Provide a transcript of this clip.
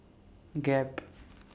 Gap